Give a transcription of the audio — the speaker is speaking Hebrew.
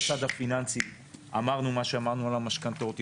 בצד הפיננסי אמרנו מה שאמרנו על המשכנתאות.